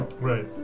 right